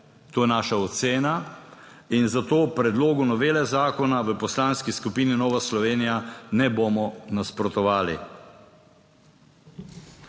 To je naša ocena in zato predlogu novele zakona v Poslanski skupini Nova Slovenija ne bomo nasprotovali.